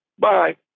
Bye